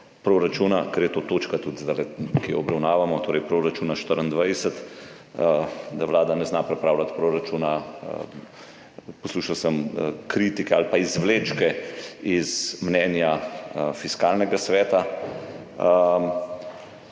proračuna, ker je to točka, ki jo zdajle obravnavamo, torej proračuna 2024, da Vlada ne zna pripravljati proračuna. Poslušal sem kritike ali pa izvlečke iz mnenja Fiskalnega sveta.